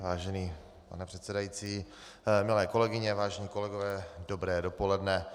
Vážený pane předsedající, milé kolegyně, vážení kolegové, dobré dopoledne.